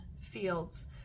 fields